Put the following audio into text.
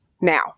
Now